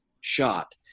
shot